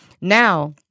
Now